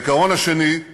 העיקרון השני הוא פירוז: